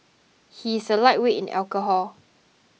he is a lightweight in alcohol